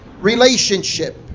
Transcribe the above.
relationship